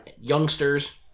Youngsters